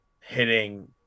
hitting